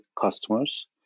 customers